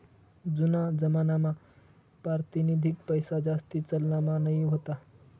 जूना जमानामा पारतिनिधिक पैसाजास्ती चलनमा नयी व्हता